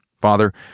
Father